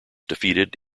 defeated